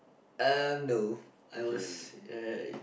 um no I was uh